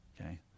okay